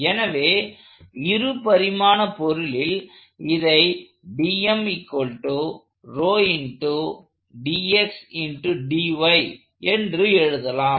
எனவே இரு பரிமாண பொருளில் இதை என்று எழுதலாம்